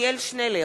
עתניאל שנלר,